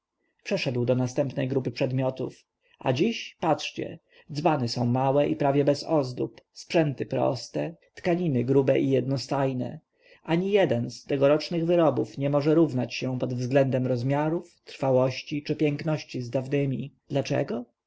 przeszedł do następnej grupy przedmiotów a dziś patrzcie dzbany są małe i prawie bez ozdób sprzęty proste tkaniny grube i jednostajne ani jeden z tegoczesnych wyrobów nie może równać się pod względem rozmiarów trwałości czy piękności z dawnemi dlaczego